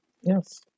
Yes